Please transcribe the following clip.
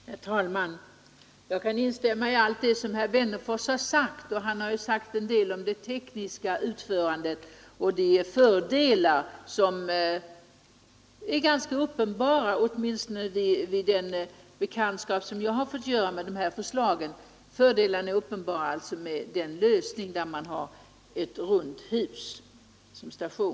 Herr talman! Jag kan instämma i allt vad herr Wennerfors sagt — han har talat en del om det tekniska utförandet och de fördelar som också för mig blivit ganska uppenbara vid den bekantskap jag fått göra med rundahusalternativet.